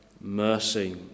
mercy